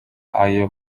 ayo